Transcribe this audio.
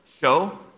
show